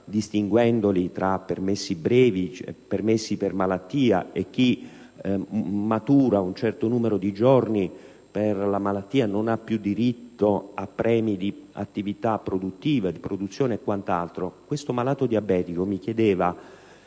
distinguendoli tra permessi brevi e permessi per malattia; chi matura un certo numero di giorni per malattia non ha più diritto a premi di produzione e a quant'altro. Il malato diabetico mi ha